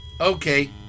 okay